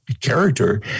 character